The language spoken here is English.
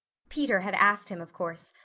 peter had asked him, of course,